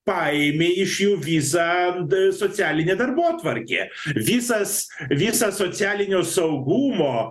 paėmė iš jų visą d socialinę darbotvarkę visas visą socialinio saugumo